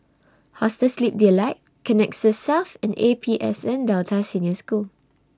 Hostel Sleep Delight Connexis South and A P S N Delta Senior School